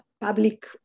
public